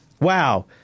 Wow